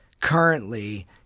currently